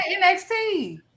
nxt